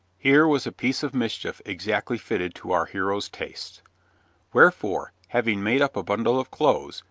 here was a piece of mischief exactly fitted to our hero's tastes wherefore, having made up a bundle of clothes,